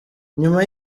nyuma